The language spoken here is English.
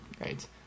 Right